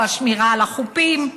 או השמירה על החופים,